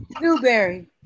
Newberry